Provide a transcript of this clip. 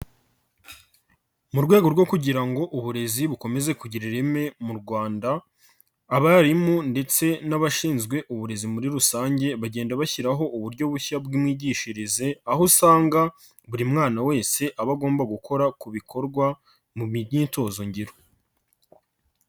Mu rwego rwo kugira ngo uburezi bukomeze kugira ireme mu Rwanda, abarimu ndetse n'abashinzwe uburezi muri rusange bagenda bashyiraho uburyo bushya bw'imyigishirize, aho usanga buri mwana wese aba agomba gukora ku bikorwa mu myitozo ngiro.